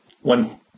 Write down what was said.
one